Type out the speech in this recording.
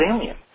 alien